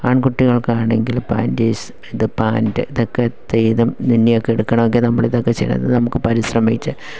ആൺകുട്ടികൾക്കാണെങ്കിൽ panties ഇത് pant ഇതൊക്കെ നെയ്തും തുന്നിയും ഒക്കെ എടുക്കണമെങ്കിൽ നമ്മൾ ഇതൊക്കെ ചെയ്ത് നമുക്ക് പരിശ്രമിച്ച്